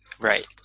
right